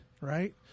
right